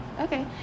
Okay